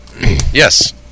Yes